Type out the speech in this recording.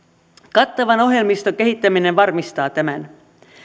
kattavan ohjelmiston kehittäminen varmistaa tämän